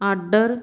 order